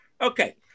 Okay